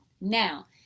Now